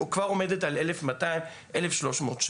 כבר עומדת על 1300-1200 שקל.